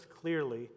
clearly